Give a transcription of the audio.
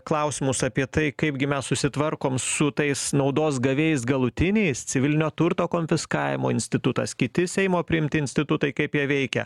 klausimus apie tai kaipgi mes susitvarkom su tais naudos gavėjais galutiniais civilinio turto konfiskavimo institutas kiti seimo priimti institutai kaip jie veikia